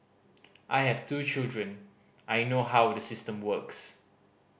I have two children I know how the system works